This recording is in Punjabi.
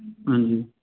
ਹਾਂਜੀ